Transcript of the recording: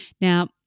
Now